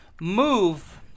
move